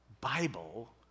Bible